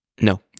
No